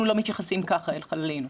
אנחנו לא מתייחסים ככה אל חללינו.